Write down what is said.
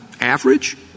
average